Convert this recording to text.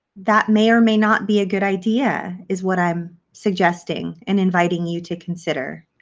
that may or may not be a good idea is what i'm suggesting and inviting you to consider.